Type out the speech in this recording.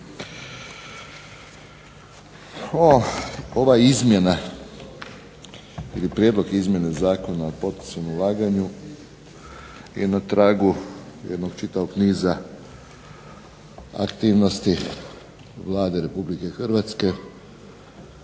Ova izmjena ili prijedlog izmjene Zakona o poticanju o ulaganju je na tragu jednog čitavog niza aktivnosti Vlade RH koja se